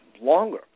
longer